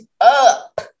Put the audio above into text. up